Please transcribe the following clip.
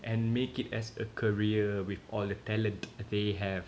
and make it as a career with all the talent they have